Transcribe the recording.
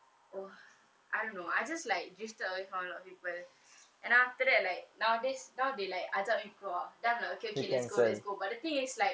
oh I don't know I just like drifted away from a lot of people and after that like nowadays now they like ajak me keluar then I'm like okay okay let's go let's go but the thing is like